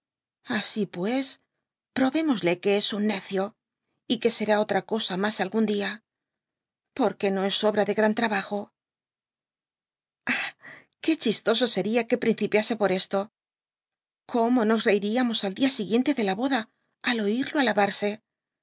así pues probémosle que es un neciq y que será otra cosa mas algún dia porque no es obra de gran trabajo ah que chistoso seria que principiase por esto como nos reiríamos al dia siguiente de la boda al oiio